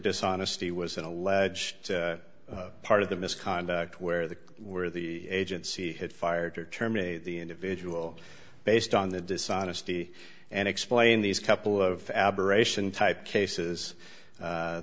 dishonesty was an alleged part of the misconduct where the where the agency had fired or term a the individual based on the dishonesty and explain these couple of aberration type cases